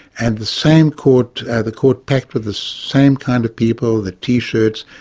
and the same court, the court packed with the same kind of people, the t-shirts,